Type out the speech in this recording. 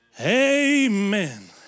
Amen